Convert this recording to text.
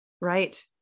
Right